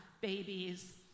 babies